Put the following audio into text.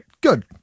Good